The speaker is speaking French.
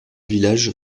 village